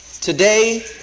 today